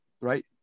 right